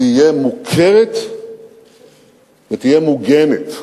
תהיה מוכרת ותהיה מוגנת.